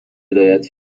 هدایت